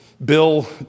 Bill